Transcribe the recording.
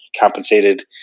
compensated